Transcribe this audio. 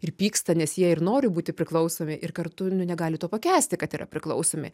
ir pyksta nes jie ir nori būti priklausomi ir kartu nu negali to pakęsti kad yra priklausomi